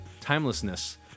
timelessness